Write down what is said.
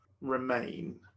remain